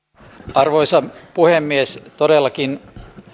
arvoisa puhemies todellakin